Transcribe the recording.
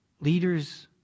Leaders